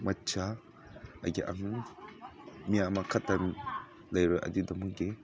ꯃꯆꯥ ꯑꯩꯒꯤ ꯑꯉꯥꯡ ꯃꯤ ꯑꯃꯈꯛꯇꯪ ꯂꯩꯔꯛꯑꯗꯤ ꯑꯗꯣꯝꯒꯤ